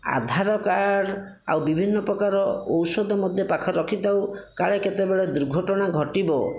ଆଧାର card ଆଉ ବିଭିନ୍ନପ୍ରକାର ଔଷଧ ମଧ୍ୟ ପାଖରେ ରଖିଥାଉ କାଳେ କେତେବେଳେ ଦୁର୍ଘଟଣା ଘଟିବ